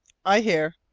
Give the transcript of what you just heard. i hear,